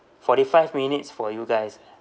forty five minutes for you guys